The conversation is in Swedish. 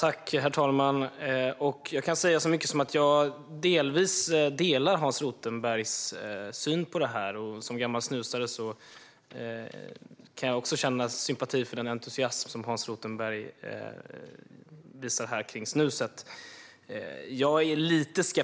Herr talman! Jag kan säga så mycket som att jag delvis delar Hans Rothenbergs syn. Som gammal snusare kan jag också känna sympati för den entusiasm som Hans Rothenberg visar för snuset.